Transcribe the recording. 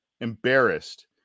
embarrassed